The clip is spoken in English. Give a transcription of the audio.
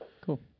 Cool